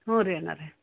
ಹ್ಞೂ ರೀ ಅಣ್ಣಾರೇ